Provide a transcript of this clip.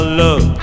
love